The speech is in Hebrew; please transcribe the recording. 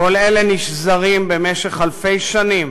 כל אלה נשזרים במשך אלפי שנים